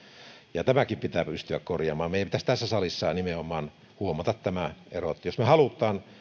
ja tämäkin pitää pystyä korjaamaan meidän pitäisi tässä salissa nimenomaan huomata tämä ero että jos me haluamme